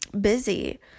busy